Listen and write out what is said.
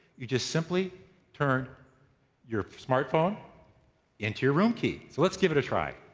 you just simply turn your smartphone into your room key. so let's give it a try.